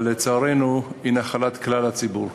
אבל, לצערנו, היא נחלת כלל הציבור.